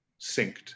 synced